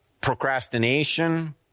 procrastination